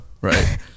right